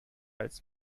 als